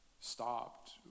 stopped